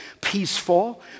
peaceful